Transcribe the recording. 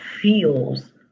feels